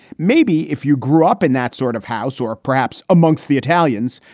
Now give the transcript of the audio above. maybe if you grew up in that sort of house or perhaps amongst the italians,